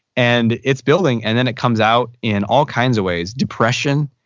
and it's building and then it comes out in all kinds of ways. depression,